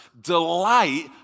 delight